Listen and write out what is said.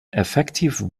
effective